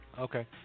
Okay